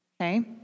Okay